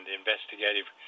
investigative